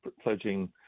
pledging